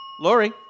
Lori